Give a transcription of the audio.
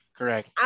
Correct